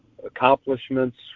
accomplishments